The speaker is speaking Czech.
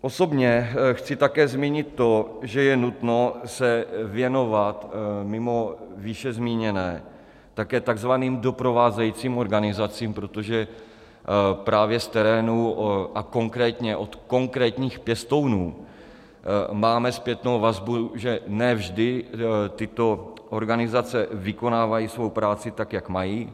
Osobně chci také zmínit to, že je nutno se věnovat mimo výše zmíněné také takzvaným doprovázejícím organizacím, protože právě z terénu a konkrétně od konkrétních pěstounů máme zpětnou vazbu, že ne vždy tyto organizace vykonávají svou práci, jak mají.